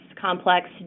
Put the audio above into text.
complex